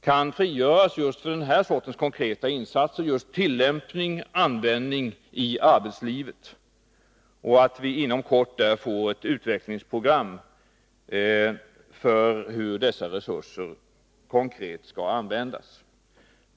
kan frigöras just för den här sortens konkreta insatser för tillämpning och användning i arbetslivet. Det är viktigt att vi inom kort får ett utvecklingsprogram för hur dessa resurser konkret skall användas.